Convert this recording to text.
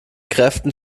kräften